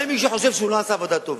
גם אם מישהו חושב שהוא לא עשה עבודה טובה,